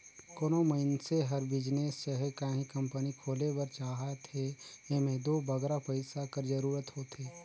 कोनो मइनसे हर बिजनेस चहे काहीं कंपनी खोले बर चाहथे एम्हें दो बगरा पइसा कर जरूरत होथे